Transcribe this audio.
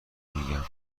میگم